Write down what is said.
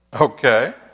Okay